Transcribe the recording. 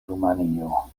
rumanio